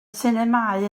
sinemâu